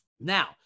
Now